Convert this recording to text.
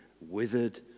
withered